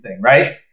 right